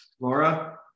Laura